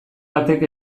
batek